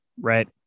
right